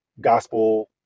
gospel